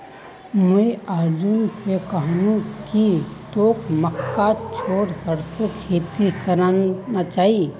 मुई अर्जुन स कहनु कि तोक मक्का छोड़े सरसोर खेती करना चाइ